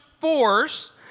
force